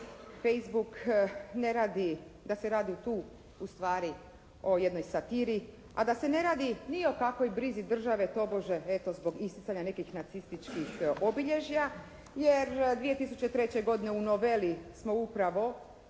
Facebook ne radi, da se radi tu ustvari o jednoj satiri, a da se ne radi ni o kakvoj brizi države tobože eto zbog isticanja nekih nacističkih obilježja, jer 2003. godine u noveli smo upravo